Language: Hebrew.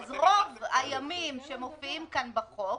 אז רוב הימים שמופיעים כאן בחוק,